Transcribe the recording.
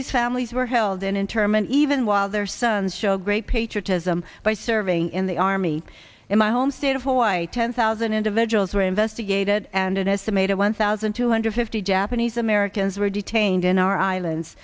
these families were held in internment even while their sons show great patriotism by serving in the army in my home state of hawaii ten thousand individuals were investigated and an estimated one thousand two hundred fifty japanese americans were detained in our islands